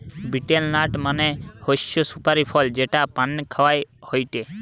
betel nut মানে হৈসে সুপারি ফল যেটা পানে খাওয়া হয়টে